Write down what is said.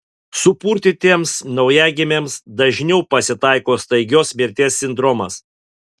supurtytiems naujagimiams dažniau pasitaiko staigios mirties sindromas